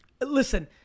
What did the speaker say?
listen